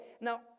Now